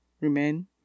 remain